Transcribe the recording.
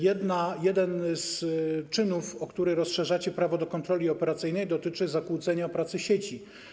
Jeden z czynów, o które rozszerzacie prawo do kontroli operacyjnej, dotyczy zakłócenia pracy sieci.